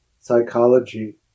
psychology